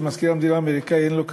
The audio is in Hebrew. שמזכיר המדינה האמריקני אין לו כרגע,